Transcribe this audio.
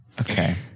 okay